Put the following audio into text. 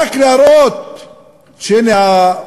רק להראות שהנה,